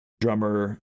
drummer